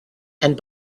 and